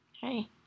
Hey